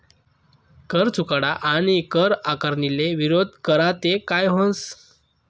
कर चुकाडा आणि कर आकारणीले विरोध करा ते काय व्हस